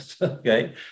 Okay